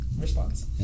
response